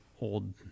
old